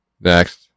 Next